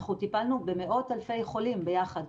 אנחנו טיפלנו במאות אלפי חולים ביחד,